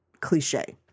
cliche